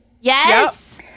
yes